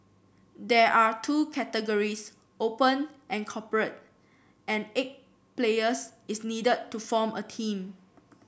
there are two categories Open and Corporate and eight players is needed to form a team